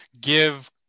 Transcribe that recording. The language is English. give